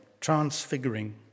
transfiguring